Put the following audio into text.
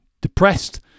depressed